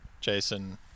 Jason